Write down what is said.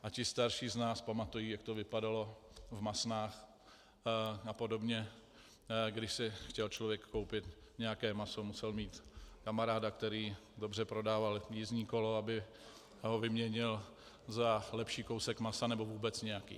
A ti starší z nás pamatují, jak to vypadalo v masnách a podobně, když si chtěl člověk koupit nějaké maso, musel mít kamaráda, který dobře prodával jízdní kolo, aby ho vyměnil za lepší kousek masa, nebo vůbec nějaký.